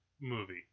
movie